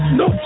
no